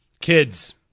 Kids